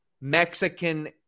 Mexican